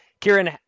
Kieran